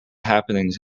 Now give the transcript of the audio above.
happenings